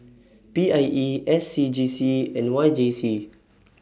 P I E S C G C and Y J C